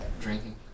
drinking